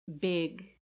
big